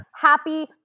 happy